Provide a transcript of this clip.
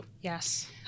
Yes